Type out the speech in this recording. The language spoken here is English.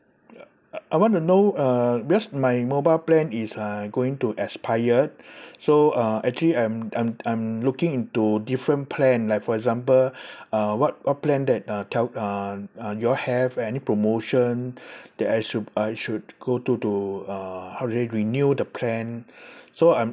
uh uh I want to know uh because my mobile plan is uh going to expired so uh actually I'm I'm I'm looking into different plan like for example uh what what plan that uh tel~ uh uh you all have any promotion that I should I should go to do uh how do I renew the plan so I'm